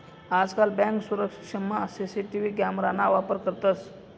आजकाल बँक सुरक्षामा CCTV camera ना वापर करतंस